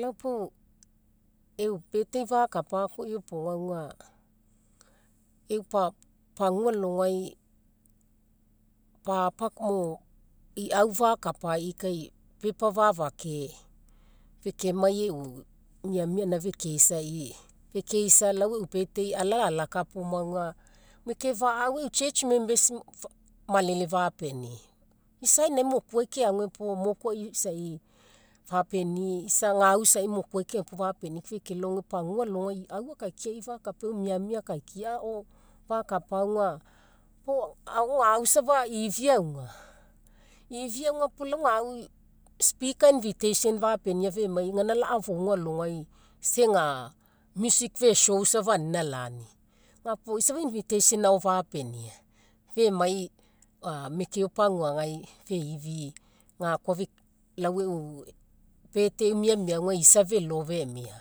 Lau pau e'u birthday fakapa ga koa iopoga auga, e'u pagua alogai iau fakapai kai paper fa'fake. Feke mai e'u miamia gaina fekeisai you fekeisa lau e'u birthday ala alakapaoma auga mo ekeefa'au e'u church members malele fapenii. Isa inae mokuai keagu puo moku isai fapenii, isa gau isai mokuai keagu puo fekelao gae pagua alogai au akaikiai fakapai e'u miamia akaikia fakapa auga. Gau safa ifi auga, ifi auga puo lau gau speaker invitation fapenia femai gaina la'afouga alogai isa ega music fe show safa anina lani. Ga puo isa invitation so fapenia, femai mekeo paguagai feifi ga koa lau e'u birthday miamia, isa felo femia.